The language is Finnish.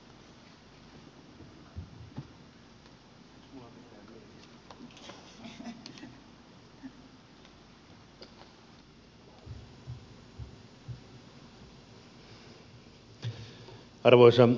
arvoisa herra puhemies